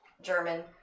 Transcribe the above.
German